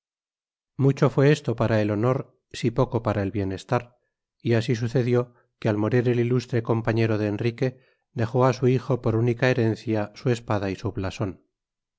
mucho fué esto para el honor si poco para el bienestar y asi sucedió que al morir el ilustre compañero de enrique dejó á su hijo por única herencia su espada y su blason